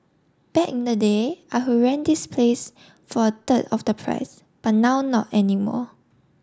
back in the day I would rent this place for a third of the price but now not any more